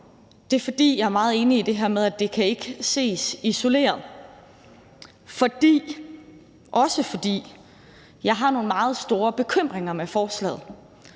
er, at jeg er meget enig i det her med, at det ikke kan ses isoleret, også fordi jeg har nogle meget store bekymringer i forhold